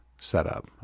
setup